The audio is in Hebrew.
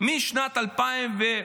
משנת 2000,